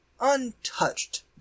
untouched